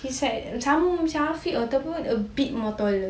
he's like sama macam afiq lah ataupun a bit more taller